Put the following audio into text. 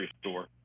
store